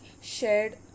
shared